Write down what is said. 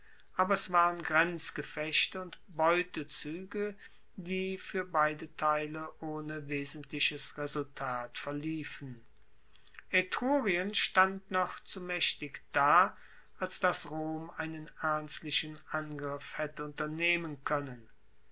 aber es waren grenzgefechte und beutezuege die fuer beide teile ohne wesentliches resultat verliefen etrurien stand noch zu maechtig da als dass rom einen ernstlichen angriff haette unternehmen koennen